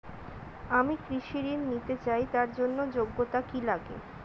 আমি কৃষি ঋণ নিতে চাই তার জন্য যোগ্যতা কি লাগে?